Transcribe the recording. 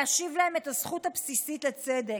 להשיב להם את הזכות הבסיסית לצדק,